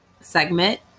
segment